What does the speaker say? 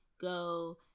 go